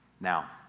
Now